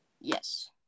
Yes